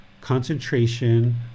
concentration